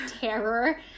terror